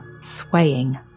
swaying